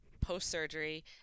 post-surgery